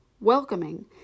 welcoming